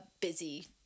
busy